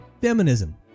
Feminism